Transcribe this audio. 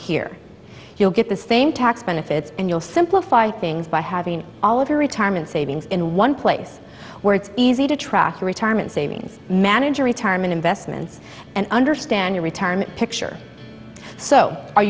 here you'll get the same tax benefits and you'll simplify things by having all of your retirement savings in one place where it's easy to track retirement savings manager retirement investments and understand your retirement picture so are